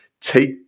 take